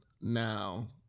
now